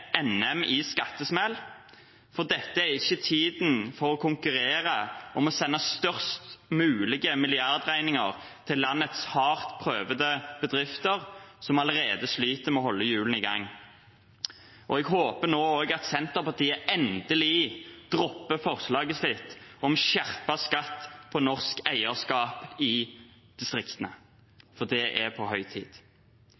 NM i skattesmell, for dette er ikke tiden for å konkurrere om å sende størst mulige milliardregninger til landets hardt prøvede bedrifter, som allerede sliter med å holde hjulene i gang. Jeg håper nå også at Senterpartiet endelig dropper forslaget sitt om skjerpet skatt på norsk eierskap i distriktene.